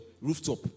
rooftop